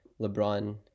LeBron